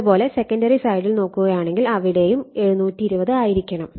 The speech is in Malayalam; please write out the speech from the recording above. അതുപോലെ സെക്കന്ററി സൈഡിൽ നോക്കുകയാണെങ്കിൽ അവിടെയും 720 ആയിരിക്കണം